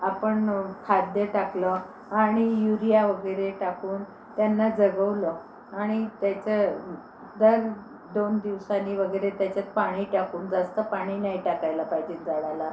आपण खाद्य टाकलं आणि युरिया वगैरे टाकून त्यांना जगवलं आणि त्याचं दर दोन दिवसांनी वगैरे त्याच्यात पाणी टाकून जास्त पाणी नाही टाकायला पाहिजे झाडाला